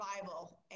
Bible